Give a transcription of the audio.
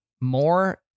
More